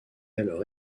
alors